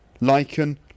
lichen